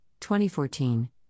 2014